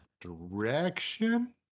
direction